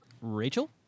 Rachel